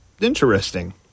interesting